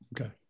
Okay